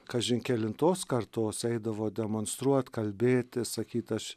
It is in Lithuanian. kažin kelintos kartos eidavo demonstruot kalbėti sakyt aš